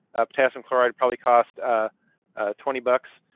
ah potassium chloride probably cost ah twenty but